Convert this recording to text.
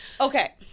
Okay